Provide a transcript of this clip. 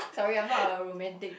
sorry I'm not a romantic